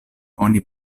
oni